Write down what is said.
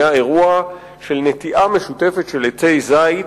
היה אירוע של נטיעה משותפת של עצי זית